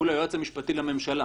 מול היועץ המשפטי לממשלה.